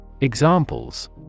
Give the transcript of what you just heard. Examples